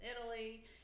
Italy